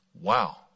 Wow